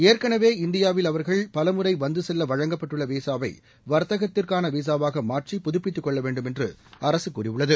ஏற்கனவே இந்தியாவில் அவர்கள் பலமுறை வந்து செல்ல வழங்கப்பட்டுள்ள விசாவை வாத்தகத்திற்கான விசாவாக மாற்றி புதுப்பித்துக் கொள்ள வேண்டும் என்று அரசு கூறியுள்ளது